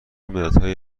مدادهایی